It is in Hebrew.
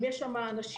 אם יש שם אנשים,